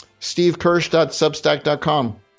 SteveKirsch.Substack.com